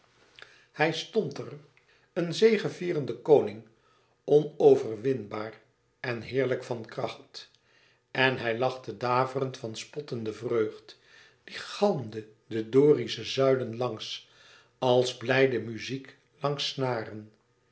hij stond er een zegevierende koning onoverwinbaar en heerlijk van kracht en hij lachte daverend van spottende vreugd die galmde de dorische zuilen langs als blijde muziek langs snaren